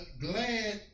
glad